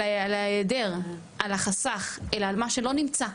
אלא היעדר על החסך אלא על מה שלא נמצא.